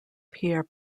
pierre